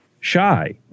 shy